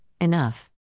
enough